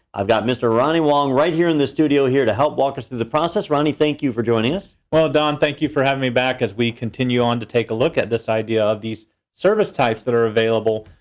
i've got mr. ronnie wong right here in the studio here to help walk us through the process. ronnie, thank you for joining us. well, don, thank you for having me back as we continue on to take a look at this idea of these service types that are available.